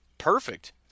perfect